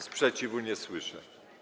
Sprzeciwu nie słyszę.